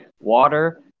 water